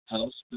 House